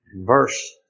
verse